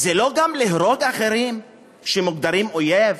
זה לא גם להרוג אחרים שמוגדרים אויב?